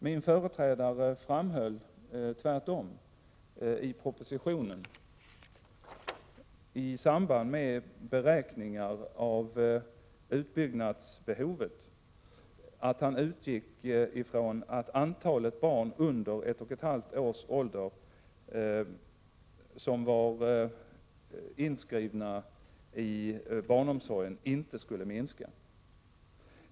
Min företrädare framhöll tvärtom i propositionen, i samband med beräkningar av utbyggnadsbehovet, att han utgick ifrån att antalet barn under ett och ett halvt års ålder som var inskrivna i barnomsorgen inte skulle minska.